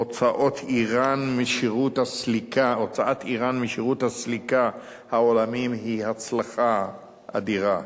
הוצאת אירן משירות הסליקה העולמי היא הצלחה אדירה.